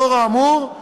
לאור האמור,